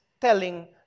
telling